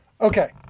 Okay